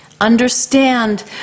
Understand